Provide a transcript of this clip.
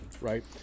right